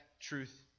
truth